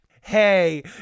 hey